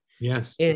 yes